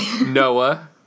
Noah